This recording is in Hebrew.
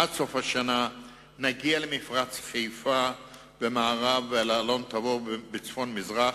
עד סוף השנה נגיע למפרץ חיפה במערב ולאלון-תבור בצפון מזרח.